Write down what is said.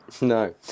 no